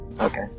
Okay